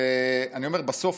בסוף,